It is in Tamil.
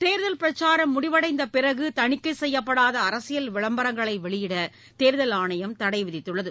தேர்தல் பிரச்சாரம் முடிவடைந்த பிறகு தணிக்கை செய்யப்படாத அரசியல் விளம்பரங்களை வெளியிட தேர்தல் ஆணையம் தடை விதித்துள்ளது